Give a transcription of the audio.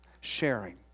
sharing